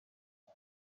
aha